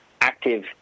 Active